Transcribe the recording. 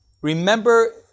remember